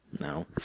no